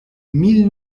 mille